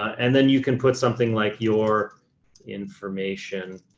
and then you can put something like your information